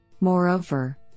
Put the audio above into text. Moreover